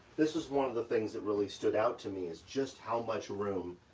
this was one of the things that really stood out to me, is just how much room,